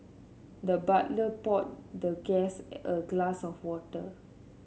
the butler poured the guest a glass of water